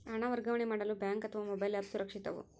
ಹಣ ವರ್ಗಾವಣೆ ಮಾಡಲು ಬ್ಯಾಂಕ್ ಅಥವಾ ಮೋಬೈಲ್ ಆ್ಯಪ್ ಸುರಕ್ಷಿತವೋ?